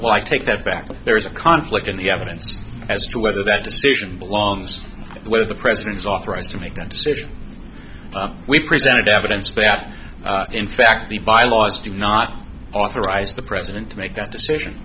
well i take that back if there is a conflict in the evidence as to whether that decision belongs whether the president is authorized to make that decision we presented evidence that in fact the bylaws do not authorize the president to make that decision